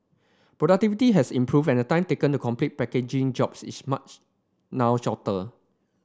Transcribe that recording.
productivity has improved and the time taken to complete packaging jobs is now shorter